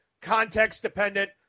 context-dependent